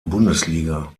bundesliga